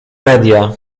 media